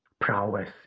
prowess